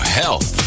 health